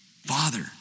Father